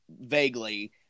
vaguely